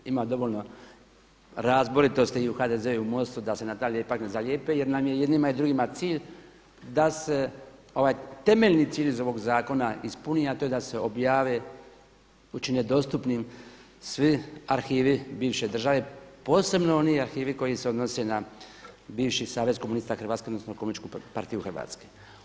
No, ima dovoljno razboritosti i u HDZ-u i u MOST-u da se na taj lijepak ne zalijepe, jer nam je i jednima i drugima cilj da se ovaj temeljni cilj iz ovog zakona ispuni, a to je da se objave, učine dostupnim svi arhivi bivše države posebno oni arhivi koji se odnose na bivši Savez komunista Hrvatske, odnosno Komunističku partiju Hrvatske.